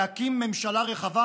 להקים ממשלה רחבה,